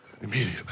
Immediately